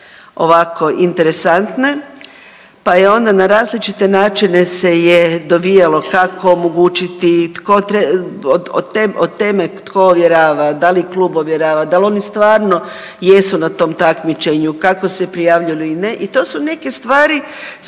ovako interesantne, pa je onda na različite načine se je dovijalo kako omogućiti, od tema tko ovjerava da li klub ovjerava, dal oni stvarno jesu na tom takmičenju, kako se prijavljuju ili ne i to su neke stvari s kojim